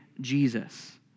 Jesus